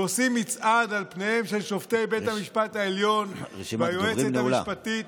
ועושים מצעד על פניהם של שופטי בית המשפט העליון והיועצת המשפטית,